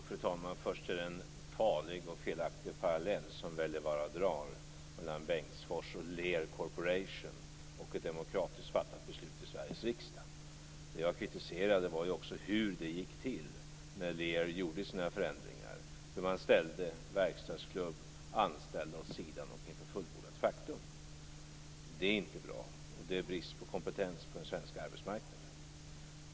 Fru talman! Wälivaara gör en farlig och felaktig parallell mellan Bengtsfors och Lear Corporation och ett demokratiskt fattat beslut i Sveriges riksdag. Jag kritiserade hur det gick till när Lear genomförde sina förändringar. Man ställde verkstadsklubb och anställda inför fullbordat faktum. Det är inte bra. Det är brist på kompetens på den svenska arbetsmarknaden.